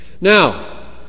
Now